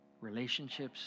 relationships